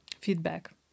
feedback